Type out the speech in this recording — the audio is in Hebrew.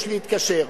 יש להתקשר.